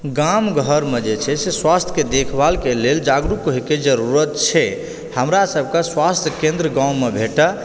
गाम घरमे जे छै से स्वास्थ्यके देखभाल लेल जागरुक होएके जरूरत छै हमरा सभ कऽ स्वास्थ्य केन्द्र गॉंवमे भेटए